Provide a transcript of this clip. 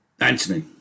Anthony